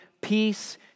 peace